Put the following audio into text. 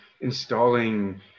installing